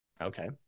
Okay